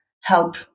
help